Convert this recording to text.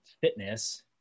fitness